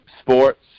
sports